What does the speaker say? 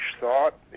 thought